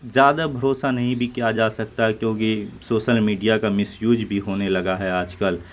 زیادہ بھروسہ نہیں بھی کیا جا سکتا ہے کیوںکہ سوسل میڈیا کا مس یوج بھی ہونے لگا ہے آج کل